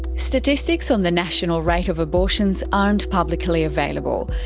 statistics on the national rate of abortions aren't publicly available.